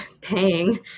paying